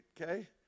okay